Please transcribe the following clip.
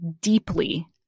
deeply